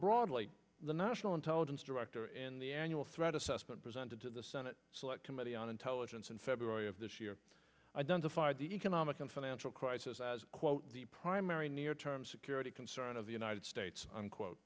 broadly the national intelligence director in the annual threat assessment presented to the senate select committee on intelligence in february of this year identified the economic and financial crisis as quote the primary near term security concern of the united states unquote